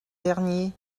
dernier